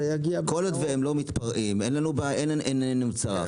כל עוד הם לא מתפרעים, אין עינינו צרה.